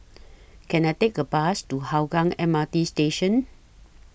Can I Take A Bus to Hougang M R T Station